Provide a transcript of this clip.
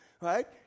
right